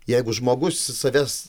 jeigu žmogus savęs